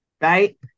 Right